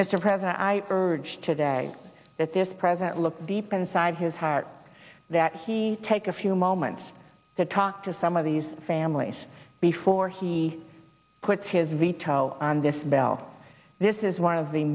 mr president i urge today that this president look deep inside his heart that he take a few moments to talk to some of these families before he puts his veto on this bill this is one of the